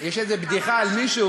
יש איזו בדיחה על מישהו